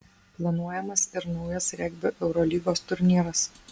planuojamas ir naujas regbio eurolygos turnyras